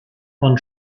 von